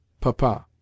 PAPA